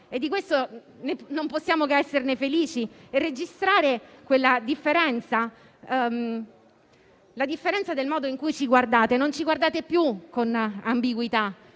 Di questo non possiamo che essere felici e registrare la differenza nel modo in cui ci guardate. Non ci guardate più con quell'ambiguità